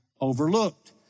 overlooked